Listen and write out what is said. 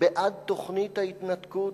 בעד תוכנית ההתנתקות,